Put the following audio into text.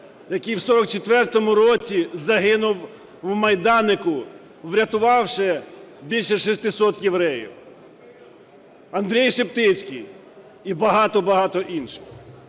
який в 44-му році загинув в Майданеку, врятувавши більше 600 євреїв, Андрій Шептицький і багато-багато інших.